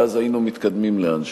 ואז היינו מתקדמים לאן שהוא.